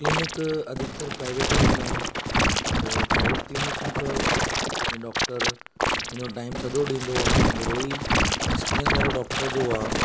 clinic अधिकतर private ई हूंदा आहिनि त प्राइवेट क्लीनिक में त इहे डॉक्टर पंहिंजो टाइम सॼो ॾींदो आहे ओहिरो ई एक्सपीरियंस वारो डॉक्टर जो आहे